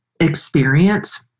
experience